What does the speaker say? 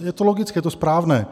Je to logické, je to správné.